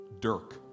Dirk